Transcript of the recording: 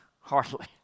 hardly